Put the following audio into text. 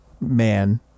man